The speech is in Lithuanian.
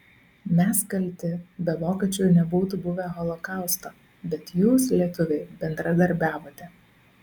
mes kalti be vokiečių nebūtų buvę holokausto bet jūs lietuviai bendradarbiavote